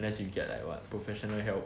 unless you get like what professional help